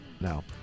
Now